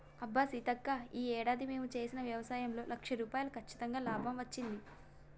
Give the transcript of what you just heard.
అబ్బా సీతక్క ఈ ఏడాది మేము చేసిన వ్యవసాయంలో లక్ష రూపాయలు కచ్చితంగా లాభం వచ్చింది